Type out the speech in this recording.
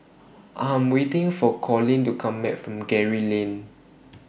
I Am waiting For Collin to Come Back from Gray Lane